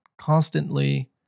constantly